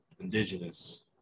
Indigenous